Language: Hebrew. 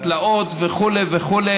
תלאות וכו' וכו',